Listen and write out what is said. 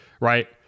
right